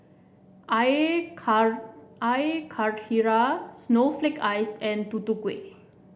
air car Air Karthira Snowflake Ice and Tutu Kueh